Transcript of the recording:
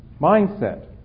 mindset